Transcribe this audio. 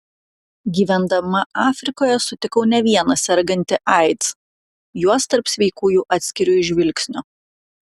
gyvendama afrikoje sutikau ne vieną sergantį aids juos tarp sveikųjų atskiriu iš žvilgsnio